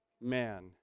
man